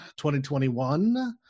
2021